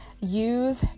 use